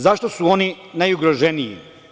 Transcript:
Zašto su oni najugroženiji?